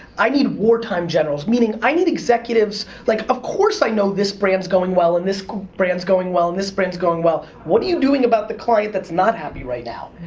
i need wartime generals, meaning i need executives, like of course i know this brand's going well and this brand's going well and this brand's going well. what are you doing about the client that's not happy right now?